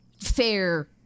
fair